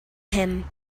him